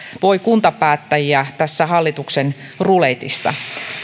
voi kuntapäättäjiä tässä hallituksen ruletissa